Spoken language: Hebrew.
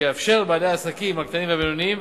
שיאפשר לבעלי העסקים הקטנים והבינוניים,